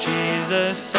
Jesus